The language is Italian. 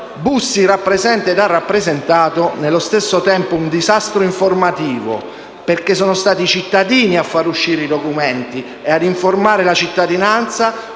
Bussi rappresenta ed ha rappresentato allo stesso tempo un disastro informativo, perché sono stati i cittadini a far uscire i documenti e ad informare la cittadinanza,